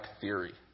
theory